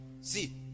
See